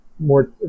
more